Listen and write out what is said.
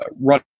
run